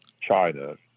China